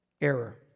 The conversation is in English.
error